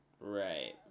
Right